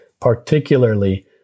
Particularly